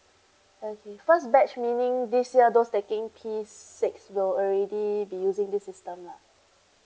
okay first batch meaning this year those taking P six will already be using this system lah